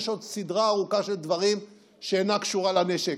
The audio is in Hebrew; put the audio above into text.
יש עוד סדרה של דברים שאינה קשורה לנשק.